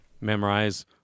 memorize